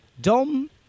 Dom